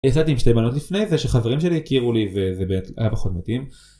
יצאתי עם שתי בנות לפני זה שחברים שלי הכירו לי וזה היה פחות מתאים